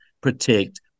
protect